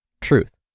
Truth